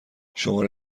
شماره